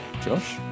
Josh